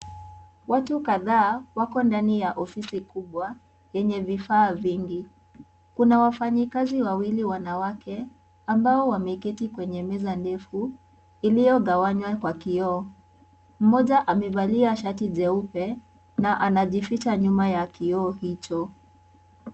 Watu kadhaa wako ndani ya ofisi kubwa yenye vifaa vingi. Kuna wafanyakazi wawili wanawake, ambao wemeketi kwenye meza ndefu iliyogawanywa kwa kioo. Mmoja amevalia shati jeupe na anajificha nyuma ya kioo hicho.